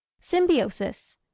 Symbiosis